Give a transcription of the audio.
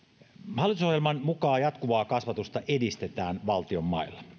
hallitusohjelman mukaan jatkuvaa kasvatusta edistetään valtion mailla